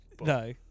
no